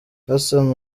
hassan